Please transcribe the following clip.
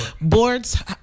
Boards